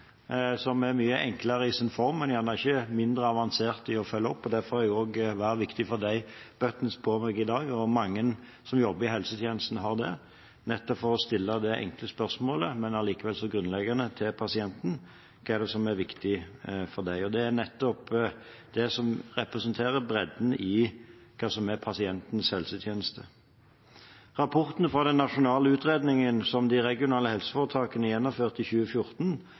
som er mye enklere i sin form, men gjerne ikke mindre avansert å følge opp. Derfor har jeg også «Hva er viktig for deg»-buttons på meg i dag, og mange som jobber i helsetjenesten, har det – nettopp for å stille det enkle, men likevel så grunnleggende spørsmålet: Hva er det som er viktig for deg? Det er nettopp det som representerer bredden i hva som er pasientens helsetjeneste. Rapporten fra den nasjonale utredningen som de regionale helseforetakene gjennomførte i 2014,